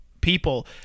people